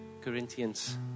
Corinthians